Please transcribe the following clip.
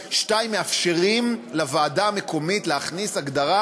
2. מאפשרים לוועדה המקומית להכניס הגדרה